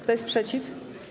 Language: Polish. Kto jest przeciw?